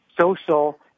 Social